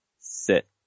sit